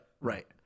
right